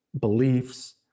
beliefs